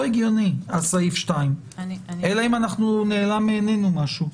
סעיף (2) הוא לא הגיוני אלא אם נעלם מעינינו משהו.